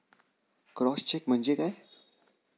Cross check म्हणजे काय?